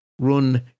run